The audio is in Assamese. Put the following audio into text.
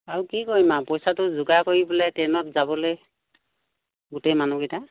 আৰু কি কৰিম আৰু পইচাটো যোগাৰ কৰি পেলাই ট্ৰেইনত যাবলৈ গোটেই মানুহকেইটা